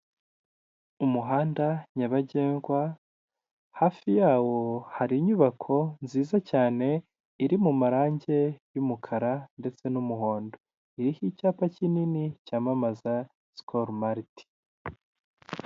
Umuhanda nyabagendwa hafi yawo hari inyubako nziza cyane iri mu marangi y'umukara ndetse n'umuhondo, iriho icyapa kinini cyamamaza skol mart.